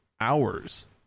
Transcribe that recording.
hours